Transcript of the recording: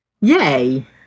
yay